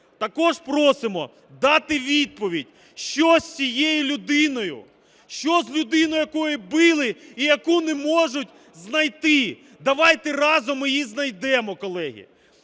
також просимо дати відповідь, що з цією людиною, що з людиною, яку били і яку не можуть знайти. Давайте разом її знайдемо, колеги.